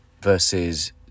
versus